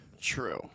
True